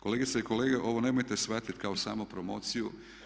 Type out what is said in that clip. Kolegice i kolege, ovo nemojte shvatiti kao samo promociju.